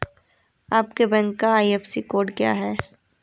आपके बैंक का IFSC code क्या है?